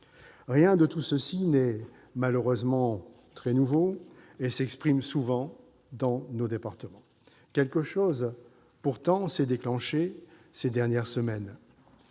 cela, dont rien n'est, malheureusement, très nouveau, s'exprime souvent dans nos départements. Quelque chose, pourtant, s'est déclenché ces dernières semaines.